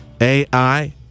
AI